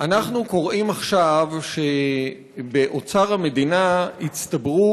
אנחנו קוראים עכשיו שבאוצר המדינה הצטברו